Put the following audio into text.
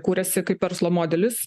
kūrėsi kaip verslo modelis